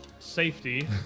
Safety